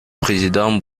président